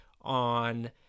on